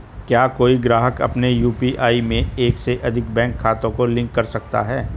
क्या कोई ग्राहक अपने यू.पी.आई में एक से अधिक बैंक खातों को लिंक कर सकता है?